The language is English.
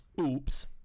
Oops